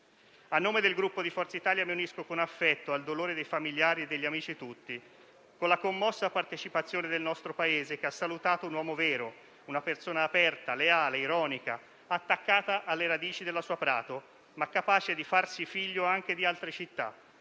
A nome del Gruppo Forza Italia mi unisco con affetto al dolore dei familiari e degli amici tutti, con la commossa partecipazione del nostro Paese, che ha salutato un uomo vero, una persona aperta, leale, ironica, attaccata alle radici della sua Prato, ma capace di farsi figlio anche di altre città: